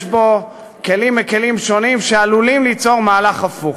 יש בו כלים מכלים שונים שעלולים ליצור מהלך הפוך,